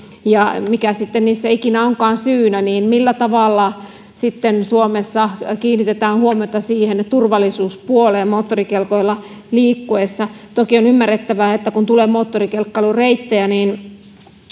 mikä niissä sitten ikinä onkaan syynä niin millä tavalla suomessa kiinnitetään huomiota siihen turvallisuuspuoleen moottorikelkoilla liikuttaessa tokihan on ymmärrettävää että kun tulee moottorikelkkailureittejä